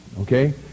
Okay